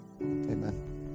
Amen